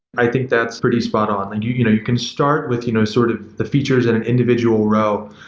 i think that's pretty spot on, and you you know can start with you know sort of the features in an individual row.